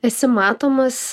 esi matomas